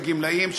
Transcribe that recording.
לגמלאים,